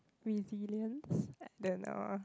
resilience then uh